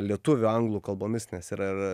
lietuvių anglų kalbomis nes yra ir